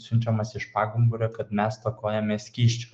siunčiamas iš pagumburio kad mes stokojame skysčių